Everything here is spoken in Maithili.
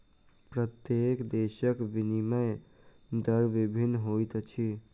प्रत्येक देशक विनिमय दर भिन्न होइत अछि